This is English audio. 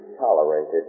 tolerated